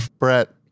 Brett